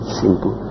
simple